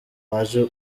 waje